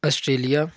Australia